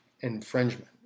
infringement